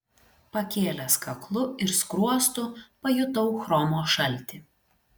pakėlęs kaklu ir skruostu pajutau chromo šaltį